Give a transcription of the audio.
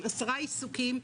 עם עשרה עיסוקים,